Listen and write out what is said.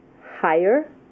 higher